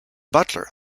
butler